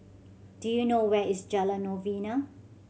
do you know where is Jalan Novena